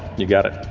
you got it.